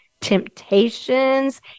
temptations